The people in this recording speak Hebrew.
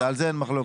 ועל זה אין מחלוקת.